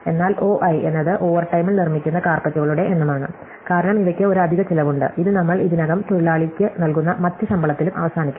എന്നാൽ O i എന്നത് ഓവർടൈമിൽ നിർമ്മിക്കുന്ന കാര്പെറ്റുകളുടെ എണ്ണമാണ് കാരണം ഇവയ്ക്ക് ഒരു അധിക ചിലവ് ഉണ്ട് ഇത് നമ്മൾ ഇതിനകം തൊഴിലാളിയ്ക്ക് നൽകുന്ന മറ്റ് ശമ്പളത്തിലും അവസാനിക്കുന്നു